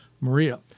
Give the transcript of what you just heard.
Maria